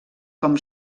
com